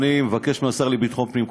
אני מבקש מהשר לביטחון פנים,